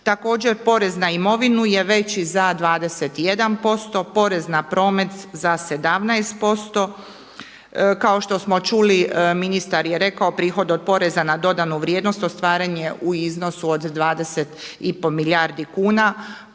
Također porez na imovinu je veći za 21%, porez na promet za 17%. Kao što smo čuli ministar je rekao prihod od poreza na dodanu vri8jednost ostvaren je u iznosu od 20 i pol milijardu kuna.